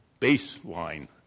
baseline